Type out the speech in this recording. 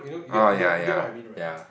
oh ya ya ya